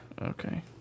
Okay